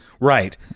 Right